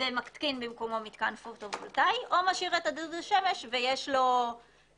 ומתקין במקומו מתקן פוטו וולטאי או משאיר את דוד השמש ויש לו שטח